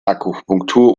akupunktur